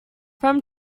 from